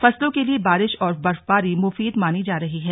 फसलों के लिए बारिश और बर्फबारी मुफीद मानी जा रही है